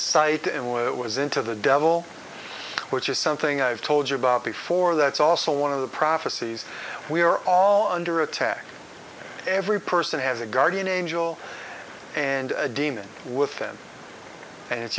which it was into the devil which is something i've told you about before that's also one of the prophecies we are all under attack every person has a guardian angel and a demon with them and it's